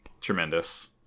Tremendous